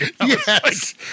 Yes